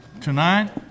tonight